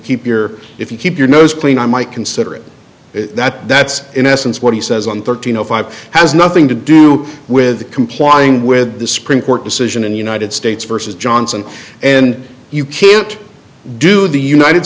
keep your if you keep your nose clean i might consider it that that's in essence what he says on thirteen o five has nothing to do with the complying with the supreme court decision and united states versus johnson and you can't do the united